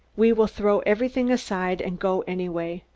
we will throw everything aside and go anyway.